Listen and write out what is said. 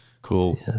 Cool